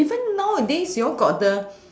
even nowadays you all got the